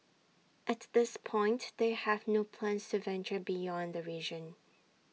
at this point they have no plans to venture beyond the region